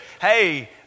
Hey